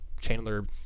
Chandler